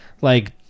like-